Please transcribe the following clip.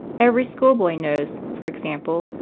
every schoolboy knows, for example,